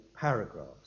paragraphs